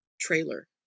trailer